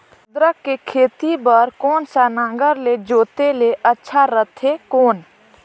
अदरक के खेती बार कोन सा नागर ले जोते ले अच्छा रथे कौन?